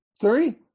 three